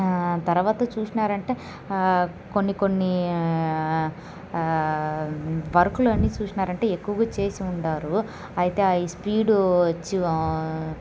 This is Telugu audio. తర్వాత చూసినారంటే కొన్ని కొన్ని వర్కులు అన్ని చూసినారంటే ఎక్కువగా చేసి వుండారు ఐతే అయ్ స్పీడ్ వచ్చి